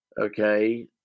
okay